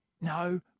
No